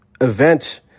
event